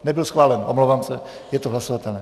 Nebyl schválen, omlouvám se, je to hlasovatelné.